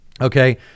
okay